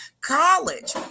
college